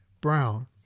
Brown